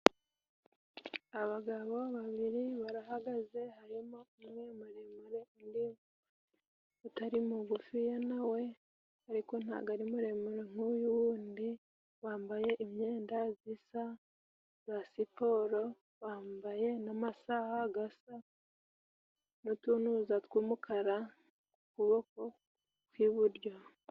Abagabo babiri barahagaze. Harimo umwe muremure, undi utari mugufiya na we ariko nta bwo ari muremure nk'uyu wundi. Bambaye imyenda isa ya sipiro, bambaye amasaha asa n'utuntuza tw'umukara ku kuboko kw'iburyo.